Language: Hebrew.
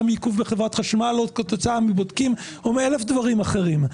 מעיכוב בחברת חשמל או כתוצאה מבודקים או מאלף דברים אחרים.